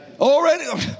Already